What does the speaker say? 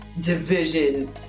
division